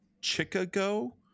chicago